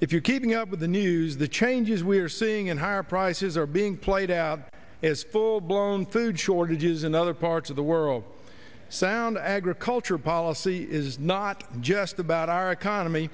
if you're keeping up with the news the changes we're seeing in higher prices are being played out as full blown food shortages in other parts of the world sound agriculture policy is not just about our economy